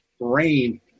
brain